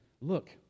look